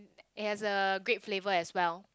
it has a great flavour as well